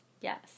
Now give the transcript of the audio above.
Yes